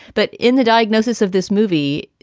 but in the diagnosis of this movie,